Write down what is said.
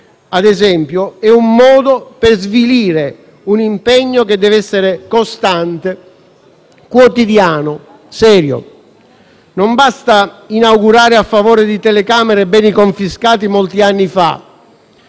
ad esempio, è un modo per svilire un impegno che deve essere costante, quotidiano, serio. Non basta inaugurare a favore di telecamere beni confiscati molti anni fa;